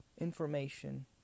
information